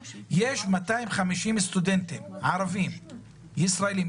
250 סטודנטים ערביים ישראלים,